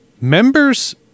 members